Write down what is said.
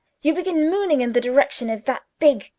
you begin mooning in the direction of that big,